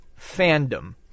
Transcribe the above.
fandom